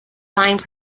divine